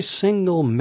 single